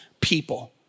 people